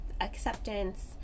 acceptance